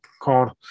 called